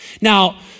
Now